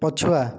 ପଛୁଆ